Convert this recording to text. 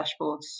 dashboards